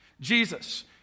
Jesus